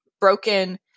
broken